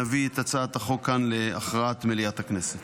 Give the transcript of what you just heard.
נביא את הצעת החוק כאן להכרעת מליאת הכנסת.